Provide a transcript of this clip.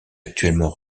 actuellement